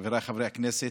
חבריי חברי הכנסת,